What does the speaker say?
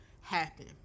happen